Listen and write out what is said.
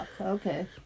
Okay